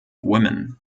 women